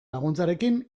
laguntzarekin